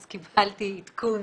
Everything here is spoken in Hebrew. אז קיבלתי עדכון